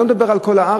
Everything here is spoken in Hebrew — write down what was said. אני לא מדבר על כל הארץ,